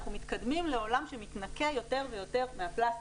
אנחנו מתקדמים בעולם שמתנקה יותר ויותר מהפלסטיק,